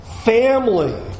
Family